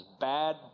bad